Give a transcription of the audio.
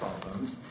problems